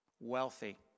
wealthy